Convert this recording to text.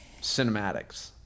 cinematics